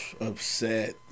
Upset